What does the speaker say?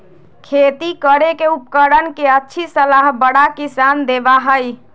खेती करे के उपकरण के अच्छी सलाह बड़ा किसान देबा हई